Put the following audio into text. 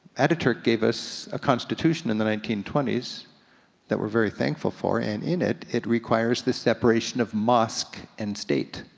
ataturk gave us a constitution in the nineteen twenty s that we're very thankful for, and in it it requires the separation of mosque and state.